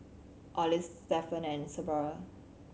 Olive Stephen and Sybilla